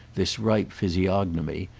this ripe physiognomy,